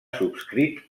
subscrit